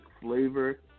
flavor